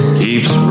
keeps